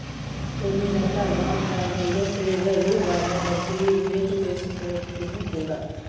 కొన్ని రకాల బాండ్లలో ప్రెజలు వాళ్ళ డబ్బుల్ని ఇన్వెస్ట్ చేసుకోవచ్చును కూడా